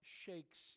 shakes